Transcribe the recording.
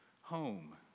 home